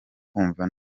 kumva